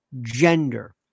gender